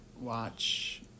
watch